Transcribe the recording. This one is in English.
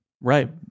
Right